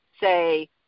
say